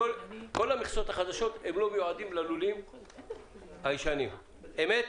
כל המכסות החדשות לא מיועדות ללולים הישנים, אמת?